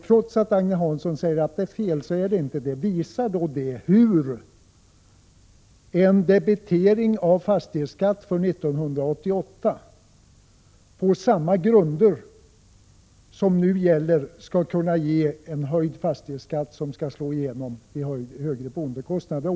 Trots att Agne Hansson säger att jag har fel på denna punkt, så har 14 maj 1987 jag inte det. Det återstår för Agne Hansson att visa hur en debitering av fastighetsskatt för 1988, på samma grunder som nu gäller, skall kunna ge en höjd fastighetsskatt som slår igenom i form av högre boendekostnader.